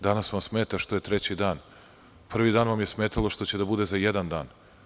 Danas vam smeta što je treći dan, a prvi dan vam je smetalo što će da bude za jedan dan.